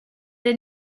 had